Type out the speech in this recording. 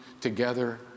together